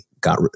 got